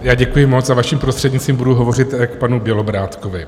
Já děkuji moc a vaším prostřednictvím budu hovořit k panu Bělobrádkovi.